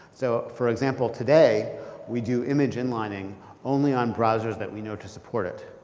so for example, today we do image inlining only on browsers that we know to support it.